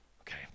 Okay